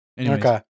Okay